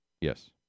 Yes